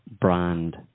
Brand